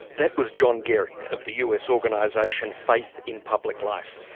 that was john gehring, of the us organisation faith in public life,